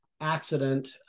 accident